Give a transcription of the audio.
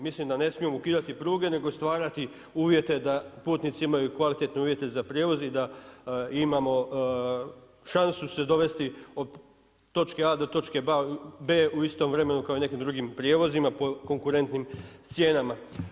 Mislim da ne smijemo ukidati pruge nego stvarati uvjete da putnici imaju kvalitetne uvjete za prijevoz i da imamo šansu se dovesti od točke A do točke B u istom vremenu kao i nekim drugim prijevozima po konkurentnim cijenama.